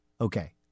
Okay